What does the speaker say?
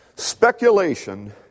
speculation